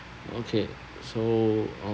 okay so uh